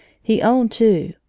he owned two,